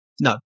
No